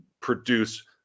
produce